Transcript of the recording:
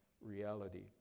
reality